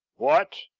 what!